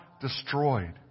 destroyed